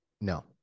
no